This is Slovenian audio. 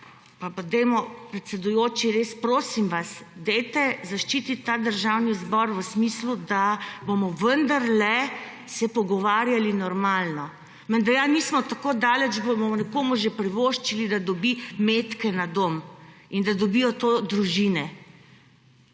Pa dajmo, predsedujoči, res prosim vas, dajte zaščitit ta Državni zbor v smislu, da bomo vendarle se pogovarjali normalno. Menda ja nismo tako daleč, da bomo nekomu že privoščili, da dobi metke na dom in da dobijo to družine.